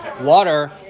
water